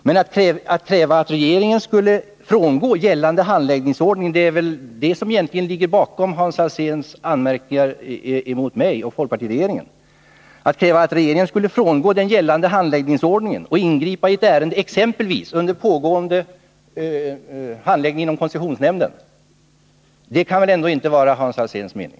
Men att regeringen skulle frångå gällande handläggningsordning — och det är väl det som antyds i Hans Alséns anmärkning mot mig och folkpartiregeringen — och ingripa i ett ärende exempelvis under pågående handläggning inom koncessionsnämnden kan väl ändå inte vara Hans Alséns mening.